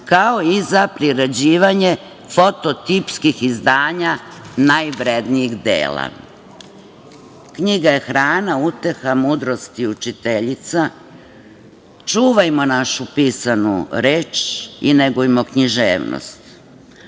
kao i za priređivanje fototipskih izdanja najvrednijih dela. Knjiga je hrana, uteha, mudrost i učiteljica. Čuvajmo našu pisanu reč i negujmo književnost.